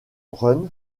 run